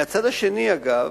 מהצד השני, אגב,